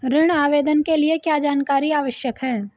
ऋण आवेदन के लिए क्या जानकारी आवश्यक है?